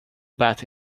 bat